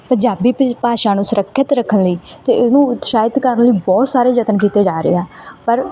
ਪੰਜਾਬੀ ਭੀ ਭਾਸ਼ਾ ਨੂੰ ਸੁਰੱਖਿਅਤ ਰੱਖਣ ਲਈ ਅਤੇ ਇਹਨੂੰ ਉਤਸ਼ਾਹਿਤ ਕਰਨ ਲਈ ਬਹੁਤ ਸਾਰੇ ਯਤਨ ਕੀਤੇ ਜਾ ਰਹੇ ਹੈ ਪਰ